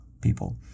people